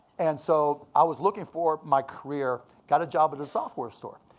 and so i was looking for my career. got a job at a software store.